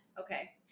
Okay